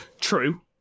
True